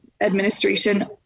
administration